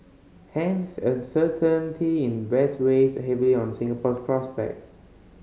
hence uncertainty in West weighs heavily on Singapore's prospects